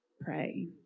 pray